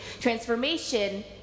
transformation